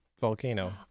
volcano